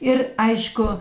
ir aišku